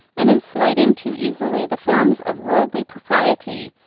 and in slighting too easily the forms of worldly propriety,